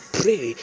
pray